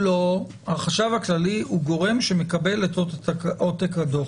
החשב הכללי הוא גורם שמקבל את עותק הדוח.